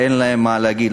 אין להם מה להגיד.